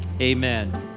amen